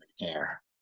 air